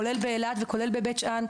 כולל באילת וכולל בבית שאן,